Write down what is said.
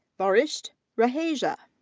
varisht raheja.